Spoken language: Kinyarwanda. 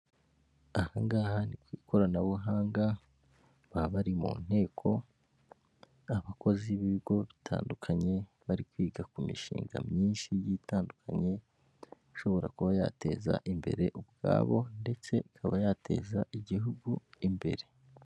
Aha ngaha ni ku ikoranabuhanga, baba bari mu nteko, abakozi b'ibigo bitandukanye bari kwiga ku mishinga myinshi igiye itandukanye, ishobora kuba yateza imbere ubwabo ndetse ikaba yateza igihugu imbere.